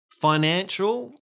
financial